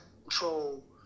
control